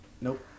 Nope